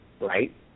right